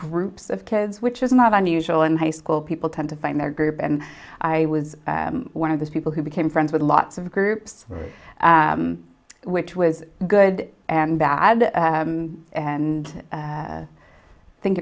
groups of kids which is not unusual in high school people tend to find their group and i was one of those people who became friends with lots of groups which was good and bad and i think